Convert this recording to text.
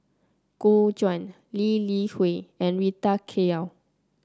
Gu Juan Lee Li Hui and Rita Chao